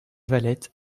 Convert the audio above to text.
valette